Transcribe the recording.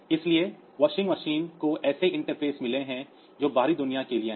इसलिए washing machine को ऐसे इंटरफेस मिले हैं जो बाहरी दुनिया के लिए हैं